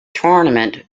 tournament